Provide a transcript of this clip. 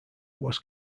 was